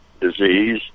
disease